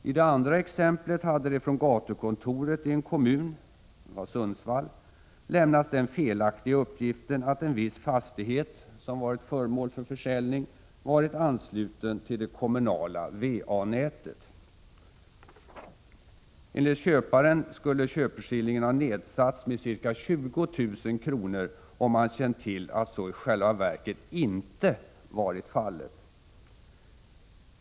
I det andra exemplet hade det från gatukontoret i en kommun — det var Sundsvalls kommun — lämnats den felaktiga uppgiften att en viss fastighet som varit föremål för försäljning varit ansluten till det kommunala VA-nätet. Enligt köparen skulle köpeskillingen ha nedsatts med ca 20 000 kr., om han känt till att så i själva verket inte var fallet.